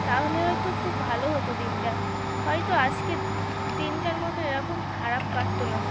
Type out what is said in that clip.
তাহলে হয়তো খুব ভালো হতো দিনটা হয়তো আজকে দিনটার মতো এরকম খারাপ কাটতো না